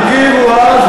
הרכיבו אז,